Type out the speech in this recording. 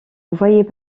voyait